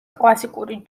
კლასიკური